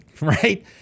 right